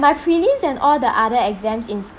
my prelims and all the other exams in